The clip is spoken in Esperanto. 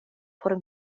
por